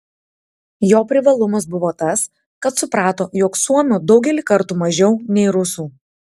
jo privalumas buvo tas kad suprato jog suomių daugelį kartų mažiau nei rusų